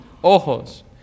ojos